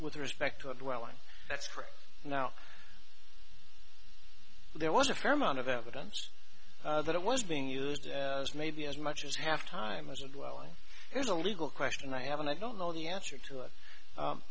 with respect to a dwelling that's correct now there was a fair amount of evidence that it was being used as maybe as much as half time as well i there's a legal question i have and i don't know the answer to it